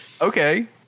Okay